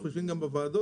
אנחנו יושבים גם בוועדות.